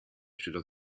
zodat